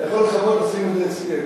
אתה יכול לכבות, לשים את זה אצלי.